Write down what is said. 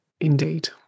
Indeed